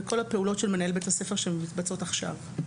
בכל הפעולות של מנהל בית הספר שמתבצעות עכשיו.